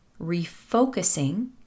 refocusing